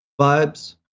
vibes